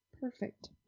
Perfect